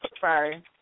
Sorry